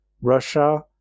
Russia